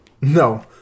No